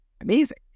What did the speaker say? amazing